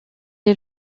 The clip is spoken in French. est